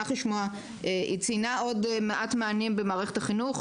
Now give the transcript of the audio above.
היא ציינה עוד מעט מענים במערכת החינוך,